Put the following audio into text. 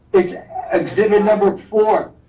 it's exhibit number four.